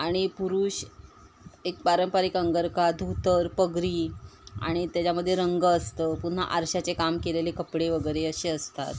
आणि पुरुष एक पारंपरिक अंगरखा धोतर पगडी आणि त्याच्यामध्ये रंग असतं पुन्हा आरशाचे काम केलेले कपडे वगैरे असे असतात